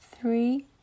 three